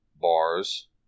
bars